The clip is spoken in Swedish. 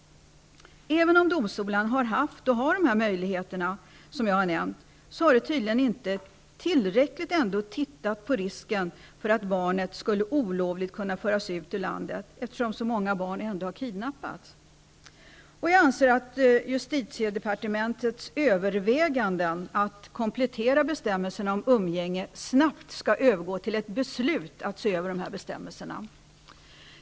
Även om domstolarna har haft och har de möjligheter som jag har nämnt, har de tydligen inte tittat tillräckligt på risken för att barnet skall olovligt föras ut ur landet, eftersom så många barn ändå har kidnappats. Jag anser att justitiedepartementets överväganden att komplettera bestämmelserna om umgänge snabbt skall övergå till ett beslut att se över dessa bestämmelser.